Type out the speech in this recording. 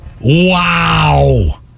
Wow